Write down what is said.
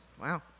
Wow